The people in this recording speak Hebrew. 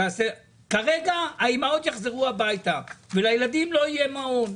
כרגע האימהות יחזרו הביתה בגלל שלילדים לא יהיה מעון.